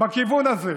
בכיוון הזה.